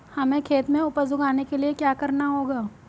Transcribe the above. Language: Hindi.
हमें खेत में उपज उगाने के लिये क्या करना होगा?